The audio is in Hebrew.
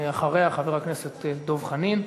אחריה, חבר הכנסת דב חנין.